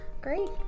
great